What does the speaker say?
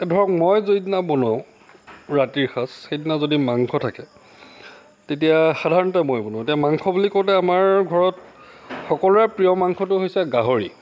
এতিয়া ধৰক মই যিদিনা বনাওঁ ৰাতিৰ সাজ সেইদিনা যদি মাংস থাকে তেতিয়া সাধাৰণতে মই বনোৱা এতিয়া মাংস বুলি কওঁতে আমাৰ ঘৰত সকলোৱে প্ৰিয় মাংসটো হৈছে গাহৰি